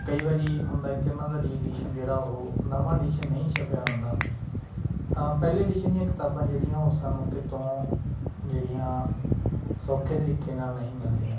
ਕਈ ਵਾਰੀ ਹੁੰਦਾ ਕਿ ਉਹਨਾਂ ਦਾ ਰੀ ਐਡੀਸ਼ਨ ਜਿਹੜਾ ਉਹ ਨਵਾਂ ਐਡੀਸ਼ਨ ਨਹੀਂ ਛਪਿਆ ਹੁੰਦਾ ਤਾਂ ਪਹਿਲੇ ਐਡੀਸ਼ਨ ਦੀਆਂ ਕਿਤਾਬਾਂ ਜਿਹੜੀਆਂ ਉਹ ਸਾਨੂੰ ਕਿਤੋਂ ਜਿਹੜੀਆਂ ਸੌਖੇ ਤਰੀਕੇ ਨਾਲ ਨਹੀਂ ਮਿਲਦੀਆਂ